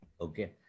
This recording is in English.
Okay